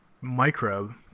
microbe